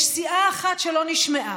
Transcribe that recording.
יש סיעה אחת שלא נשמעה,